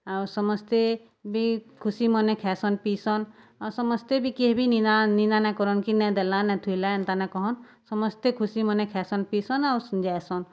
ଆଉ ସମସ୍ତେ ବି ଖୁସି ମନେ ଖାଏସନ୍ ପିଇସନ୍ ଆଉ ସମସ୍ତେ ବି କିଏ ବି ନିନ୍ଦା କି ନିନ୍ଦା ନେ କରନ୍ କି ନେ ଦେଲା ନେ ଥୁଇଲା ଏନ୍ତା ନେ କହନ୍ ସମସ୍ତେ ଖୁସି ମନେ ଖାଏସନ୍ ପିଇସନ୍ ଆଉ ଯାଏସନ୍